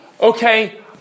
okay